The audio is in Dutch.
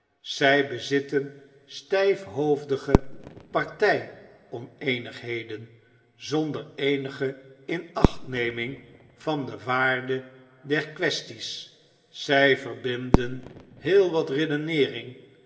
zy bezitten styfhoofdige party oneenigheden zonder eenige inaehtneming van de waarde der quaesties zij verbinden heel wat redeneering